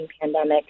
pandemic